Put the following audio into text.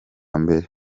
mbere